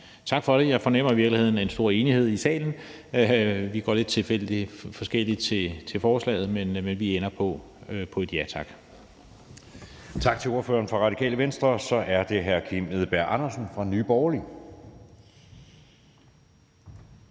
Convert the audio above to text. tak for det. Jeg fornemmer i virkeligheden en stor enighed i salen. Vi går lidt forskelligt til forslaget, men vi ender på et ja tak. Kl. 18:48 Anden næstformand (Jeppe Søe): Tak til ordføreren fra Radikale Venstre. Så er det hr. Kim Edberg Andersen fra Nye Borgerlige.